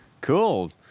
Cool